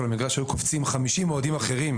על המגרש היו קופצים 50 אוהדים אחרים,